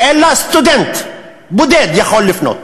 אלא "סטודנט" בודד יכול לפנות.